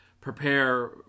prepare